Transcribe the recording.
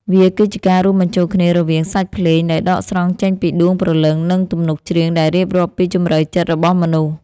វាគឺជាការរួមបញ្ចូលគ្នារវាងសាច់ភ្លេងដែលដកស្រង់ចេញពីដួងព្រលឹង និងទំនុកច្រៀងដែលរៀបរាប់ពីជម្រៅចិត្តរបស់មនុស្ស។